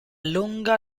lunga